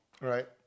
right